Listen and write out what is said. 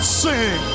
sing